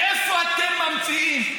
מאיפה אתם ממציאים?